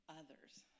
others